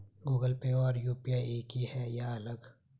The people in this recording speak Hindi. गूगल पे और यू.पी.आई एक ही है या अलग?